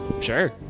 Sure